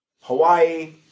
Hawaii